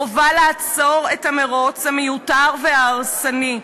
חובה לעצור את המירוץ המיותר וההרסני.